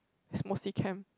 is mostly chem